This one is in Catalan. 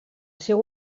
seu